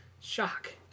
Shock